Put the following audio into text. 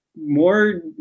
more